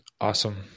Awesome